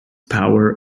power